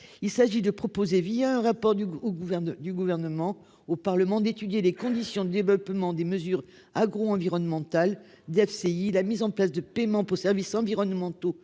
Il s'agit de proposer via un rapport du au gouverneur du gouvernement au Parlement d'étudier les conditions de développement des mesures agro-environnementales DFCI la mise en place de paiements pour services environnementaux.